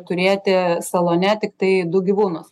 turėti salone tiktai du gyvūnus